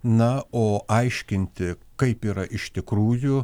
na o aiškinti kaip yra iš tikrųjų